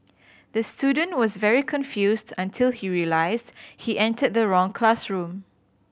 the student was very confused until he realised he entered the wrong classroom